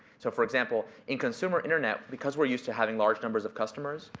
so for example, in consumer internet, because we're used to having large numbers of customers,